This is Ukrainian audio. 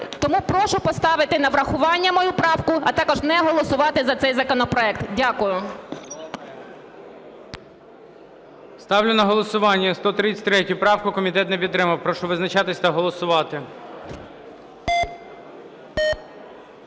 Тому прошу поставити на врахування мою правку, а також не голосувати за цей законопроект. Дякую. ГОЛОВУЮЧИЙ. Ставлю на голосування 133 правку. Комітет не підтримав. Прошу визначатися та голосувати.